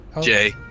Jay